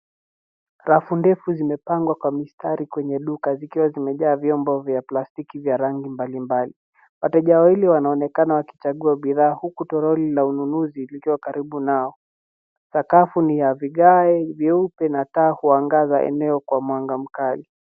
Rafu ndefu zimepangwa kwa mistari kwenye duka zikiwa zimejaa vyombo vya plastiki vya rangi mbalimbali. Wateja wawili wanaonekana wakichagua bidhaa huku toroli la unuzi likiwa karibu nao. Sakafu ni ya vigae vyeupe na taa huangaza eneo kwa mwanga mkali.